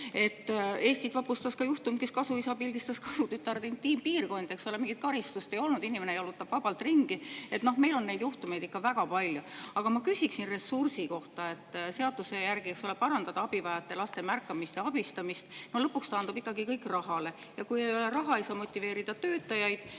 Eestit vapustas ka juhtum, kus kasuisa pildistas kasutütre intiimpiirkonda, mingit karistust ei [järgnenud], inimene jalutab vabalt ringi. Meil on neid juhtumeid ikka väga palju. Aga ma küsiksin ressursi kohta. Seaduse järgi tuleb parandada abi vajavate laste märkamist ja abistamist. No lõpuks taandub ikkagi kõik rahale ja kui ei ole raha, siis ei saa ka töötajaid